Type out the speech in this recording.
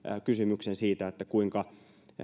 kysymyksen siitä kuinka